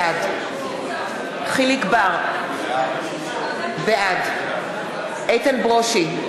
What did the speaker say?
בעד יחיאל חיליק בר, בעד איתן ברושי,